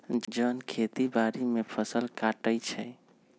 जन खेती बाड़ी में फ़सल काटइ छै